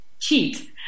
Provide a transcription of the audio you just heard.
cheat